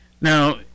Now